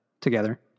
together